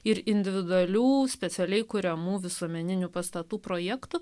ir individualių specialiai kuriamų visuomeninių pastatų projektų